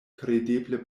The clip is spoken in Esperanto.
kredeble